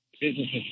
businesses